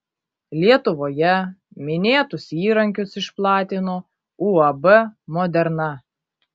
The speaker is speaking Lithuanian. lietuvoje minėtus įrankius išplatino uab moderna